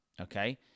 okay